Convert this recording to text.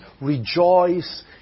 rejoice